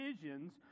visions